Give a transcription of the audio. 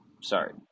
Sorry